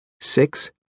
Six